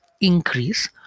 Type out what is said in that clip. increase